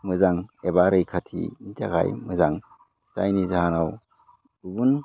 मोजां एबा रैखाथिनि थाखाय मोजां जायनि जाहोनाव गुबुन